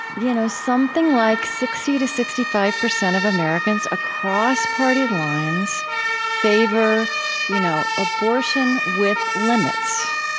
you know something like sixty to sixty five percent of americans across party lines favor you know abortion with limits.